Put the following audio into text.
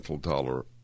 dollar